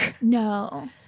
No